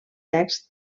text